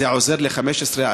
זה עוזר ל-15%,